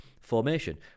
formation